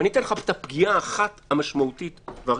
ואני אתן לך את הפגיעה האחת המשמעותית והראשונה.